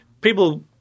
people